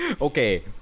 Okay